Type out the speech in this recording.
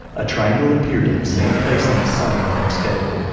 a triangle appeared in the same place on his son the next day.